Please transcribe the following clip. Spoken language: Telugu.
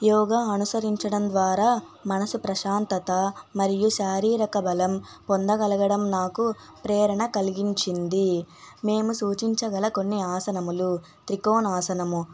యోగా అనుసరించడం ద్వారా మనసు ప్రశాంతత మరియు శారీరక బలం పొందగలగడం నాకు ప్రేరణ కలిగించింది మేము సూచించగల కొన్ని ఆసనములు త్రికోణ ఆసనము